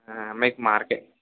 మీకు మార్కెట్